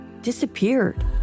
disappeared